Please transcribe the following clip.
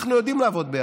אנחנו יודעים לעבוד ביחד.